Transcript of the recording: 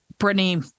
Brittany